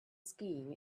skiing